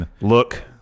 Look